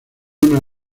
una